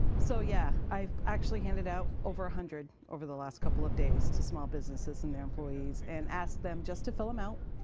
so, yeah, i've actually handed out over a hundred over the last couple of days to small businesses and their employees and asked them just to fill them out,